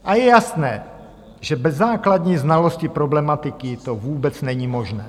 A je jasné, že bez základní znalosti problematiky to vůbec není možné.